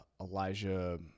elijah